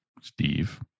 Steve